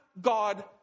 God